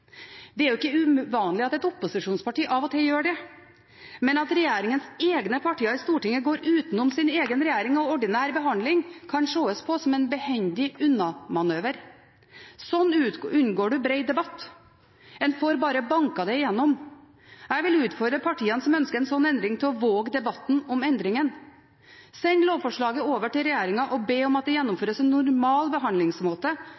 Det er ikke uvanlig at et opposisjonsparti av og til gjør det, men at regjeringens egne partier i Stortinget går utenom sin egen regjering og ordinær behandling, kan ses på som en behendig unnamanøver. Sånn unngår en bred debatt, en får bare banket det igjennom. Jeg vil utfordre de partiene som ønsker en slik endring, til å våge debatten om endringen. Send lovforslaget over til regjeringen og be om at det gjennomføres en normal behandlingsmåte,